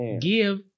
Give